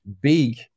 big